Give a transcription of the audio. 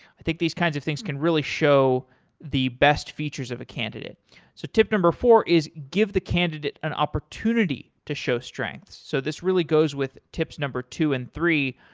i think these kinds of things can really show the best features of a candidate so tip number four is give the candidate an opportunity to show strength. so this really goes with tips number two and three.